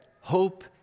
Hope